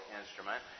instrument